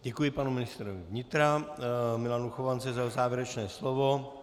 Děkuji panu ministrovi vnitra Milanu Chovancovi za jeho závěrečné slovo...